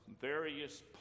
various